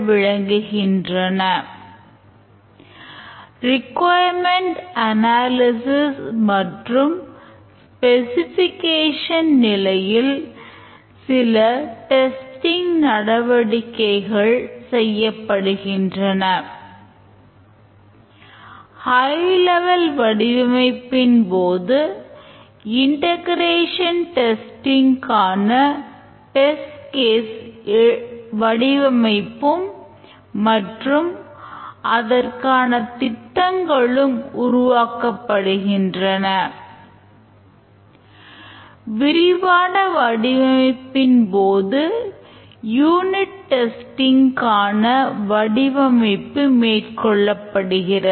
we மாடலின் காண வடிவமைப்பு மேற்கொள்ளப்படுகிறது